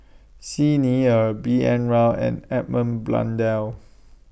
Xi Ni Er B N Rao and Edmund Blundell